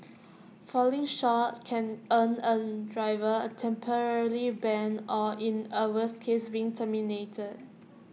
falling short can earn A driver A temporarily ban or in A worse case being terminated